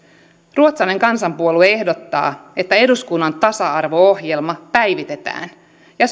ruotsalainen kansanpuolue ehdottaa että eduskunnan tasa arvo ohjelma päivitetään ja